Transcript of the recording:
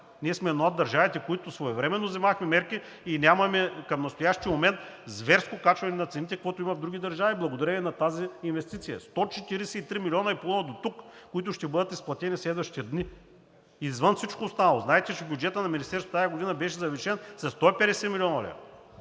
Ние сме една от държавите, която своевременно взехме мерки, и нямаме към настоящия момент зверско качване на цените, каквото има в други държави, благодарение на тази инвестиция – 143,5 милиона дотук, които ще бъдат изплатени в следващите дни, извън всичко останало. Знаете, че бюджетът на Министерството тази година беше завишен със 150 млн. лв.